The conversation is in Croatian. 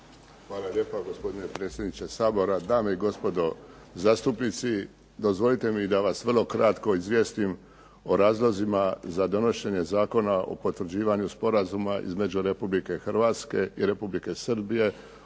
Hvala lijepa gospodine predsjedniče Sabora, dame i gospodo zastupnici. Dozvolite mi da vas vrlo kratko izvijestim o razlozima za donošenje Zakona o potvrđivanju sporazuma između Republike Hrvatske i Republike Srbije